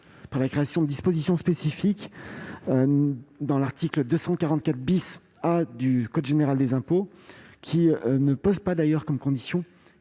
par la création de dispositions spécifiques à l'article 244 A du code général des impôts, qui n'impose d'ailleurs pas comme condition